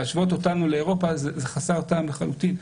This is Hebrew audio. להשוות אותנו לאירופה זה חסר טעם לחלוטין.